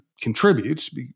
contributes